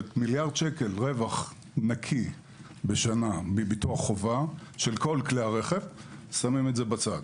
ומיליארד שקל רווח נקי בשנה מביטוח חובה של כל כלי הרכב שמים את זה בצד.